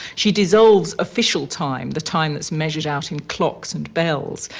she dissolves official time, the time that's measures out in clocks and bells,